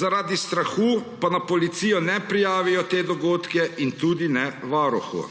Zaradi strahu pa na Policijo ne prijavijo teh dogodkov in tudi ne Varuhu.